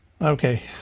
Okay